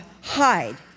hide